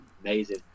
amazing